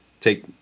take